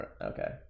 Okay